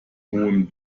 hohem